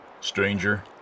Stranger